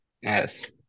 Yes